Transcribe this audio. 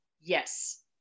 yes